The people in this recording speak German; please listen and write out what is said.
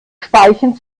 speichen